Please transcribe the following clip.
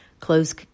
close